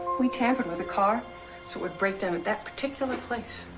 we tampered with the car so it would break down at that particular place,